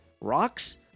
rocks